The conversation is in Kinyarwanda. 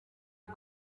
ari